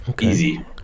easy